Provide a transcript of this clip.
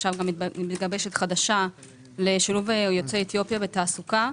מתגבשת חדשה לשילוב יוצאי אתיופיה בתעסוקה.